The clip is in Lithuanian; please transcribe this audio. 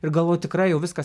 ir galvoji tikrai jau viskas